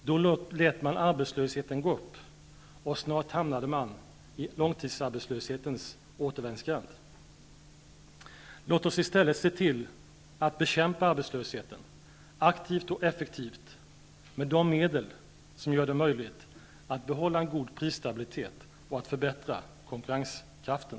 Då lät man arbetslösheten gå upp, och snart hamnade man i långtidsarbetslöshetens återvändsgränd. Låt oss i stället se till att arbetslösheten bekämpas aktivt och effektivt med de medel som gör det möjligt att behålla en god prisstabilitet och att förbättra konkurrenskraften.